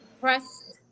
Pressed